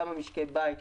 לכמה משקי בית.